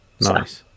Nice